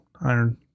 Iron